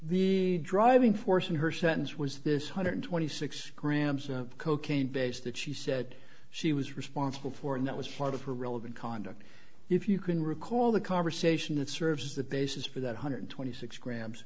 the driving force in her sentence was this hundred twenty six grams of cocaine base that she said she was responsible for and that was part of her relevant conduct if you can recall the conversation it serves the basis for that one hundred twenty six grams